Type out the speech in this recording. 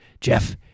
Jeff